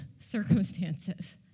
circumstances